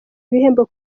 ibihembo